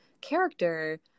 character